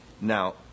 Now